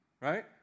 Right